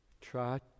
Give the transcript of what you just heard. try